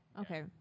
Okay